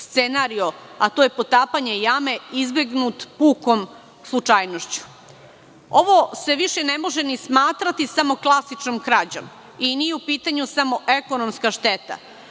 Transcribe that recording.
a to je potapanje jame, izbegnut pukom slučajnošću. Ovo se više ne može ni smatrati samo klasičnom krađom. Nije u pitanju samo ekonomska šteta.